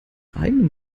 eigenem